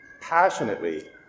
passionately